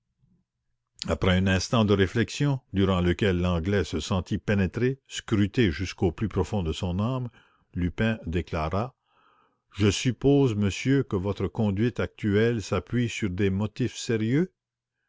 après un instant de réflexion durant lequel l'anglais se sentit pénétré scrute jusqu'au plus profond de son âme lupin déclara je suppose monsieur que votre conduite actuelle s'appuie sur des motifs sérieux